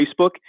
Facebook